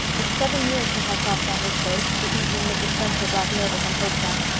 it's seven years since i crossed on this boat the evening mrs. spencer brought me over from hopetown.